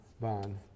bond